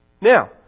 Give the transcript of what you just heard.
Now